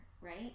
right